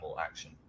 action